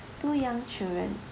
two young children